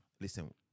Listen